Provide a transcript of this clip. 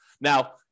Now